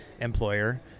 employer